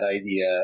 idea